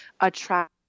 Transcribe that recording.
attract